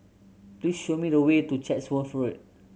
please show me the way to Chatsworth Road